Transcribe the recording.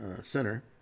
center